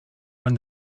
when